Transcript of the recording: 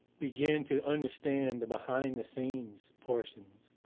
begin to understand the behind-the-scenes portions